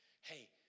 hey